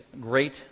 great